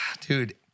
Dude